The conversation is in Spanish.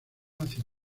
hacía